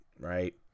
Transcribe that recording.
Right